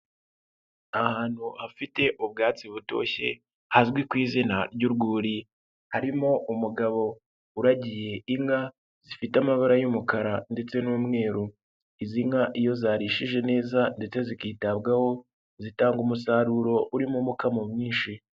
Ahantu hafite ubwatsi butoshye hazwi ku izina ry'urwuri, harimo umugabo uragiye inka zifite amabara y'umukara ndetse n'umweru. Izi nka iyo zarishije neza ndetse zikitabwaho zitanga umusaruro urimo umukamo mwinshi.